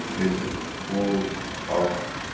in a world of.